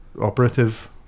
operative